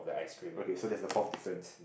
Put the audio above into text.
okay so there's a four difference